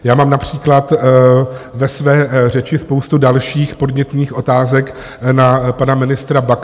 Já mám například ve své řeči spoustu dalších podnětných otázek na pana ministra Baxu.